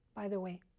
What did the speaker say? by the way.